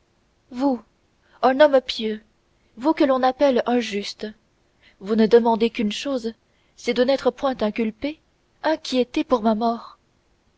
vous un homme pieux vous que l'on appelle un juste vous ne demandez qu'une chose c'est de n'être point inculpé inquiété pour ma mort